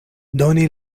doni